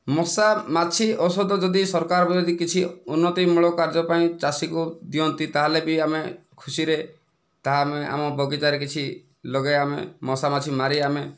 ମଶା ମାଛି ଔଷଧ ଯଦି ସରକାର ଯଦି କିଛି ଉନ୍ନତିମୂଳକ କାର୍ଯ୍ୟ ପାଇଁ ଚାଷୀକୁ ଦିଅନ୍ତି ତାହେଲେ ବି ଆମେ ଖୁସିରେ ତାହା ଆମେ ଆମ ବଗିଚାରେ କିଛି ଲଗାଇ ଆମେ ମଶା ମାଛି ମାରି ଆମେ